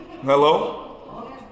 Hello